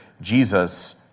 Jesus